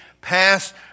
past